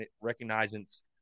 recognizance